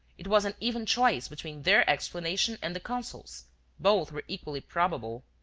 it was an even choice between their explanation and the consul's both were equally probable.